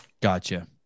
Gotcha